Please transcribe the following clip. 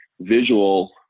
Visual